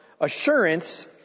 Assurance